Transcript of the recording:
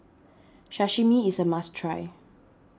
Sashimi is a must try